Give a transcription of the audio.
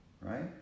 Right